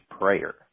Prayer